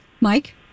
Mike